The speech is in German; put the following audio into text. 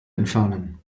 entfernen